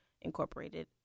incorporated